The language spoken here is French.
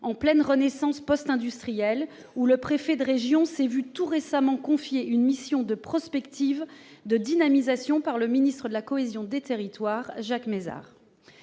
en pleine renaissance post-industrielle, où le préfet de région s'est vu tout récemment confier une mission de prospective de dynamisation par le ministre de la cohésion des territoires, Jacques Mézard.